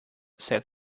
said